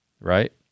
right